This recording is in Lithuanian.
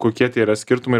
kokie tie yra skirtumai